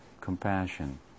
compassion